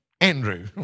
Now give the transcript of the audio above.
Andrew